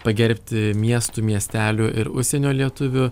pagerbti miestų miestelių ir užsienio lietuvių